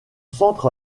centre